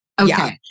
Okay